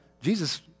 Jesus